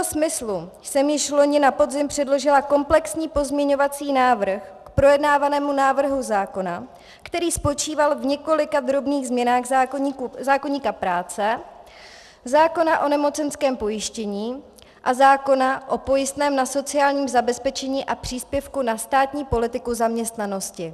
V tomto smyslu jsem již loni na podzim předložila komplexní pozměňovací návrh k projednávanému návrhu zákona, který spočíval v několika drobných změnách zákoníku práce, zákona o nemocenském pojištění a zákona o pojistném na sociálním zabezpečení a příspěvku na státní politiku zaměstnanosti.